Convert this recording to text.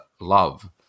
love